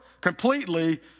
completely